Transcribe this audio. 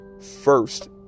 first